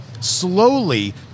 slowly